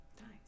nice